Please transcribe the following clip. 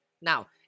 Now